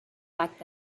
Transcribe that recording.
back